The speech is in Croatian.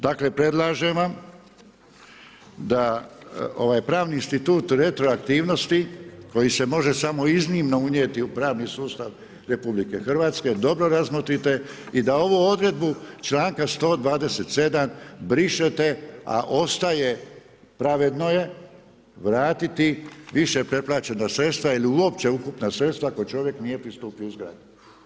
Dakle, predlažem vam da pravni institut retroaktivnosti koji se može samo iznimno unijeti u pravni sustav Republike Hrvatske dobro razmotrite i da ovu odredbu članka 127. brišete a ostaje pravedno je vratiti više preplaćena sredstva ili uopće ukupna sredstva ako čovjek nije pristupio izgradnji.